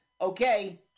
okay